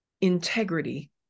integrity